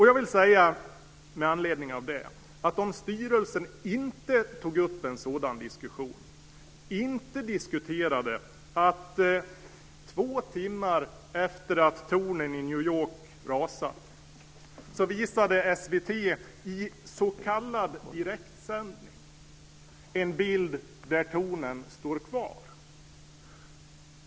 Jag vill med anledning av det säga att i en s.k. direktsändning två timmar efter det att tornen i New York rasat visade SVT en bild där tornen står kvar.